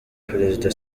perezida